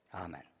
Amen